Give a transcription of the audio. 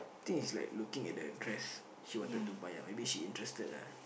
I think is like looking at the dress she wanted to buy ah maybe she's interested ah